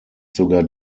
sogar